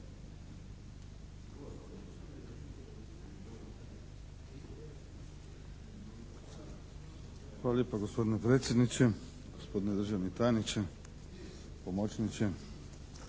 Hvala lijepa gospodine predsjedniče, gospodine državni tajniče, pomoćniče,